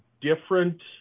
different